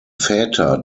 väter